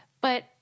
But-